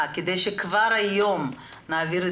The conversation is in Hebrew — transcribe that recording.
כמה שיותר משרדים אנחנו נכניס,